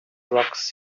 rocks